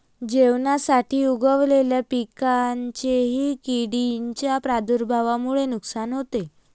जेवणासाठी उगवलेल्या पिकांचेही किडींच्या प्रादुर्भावामुळे नुकसान होते